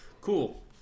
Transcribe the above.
Cool